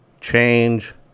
change